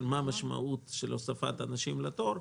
ומה המשמעות של הוספת אנשים לתור,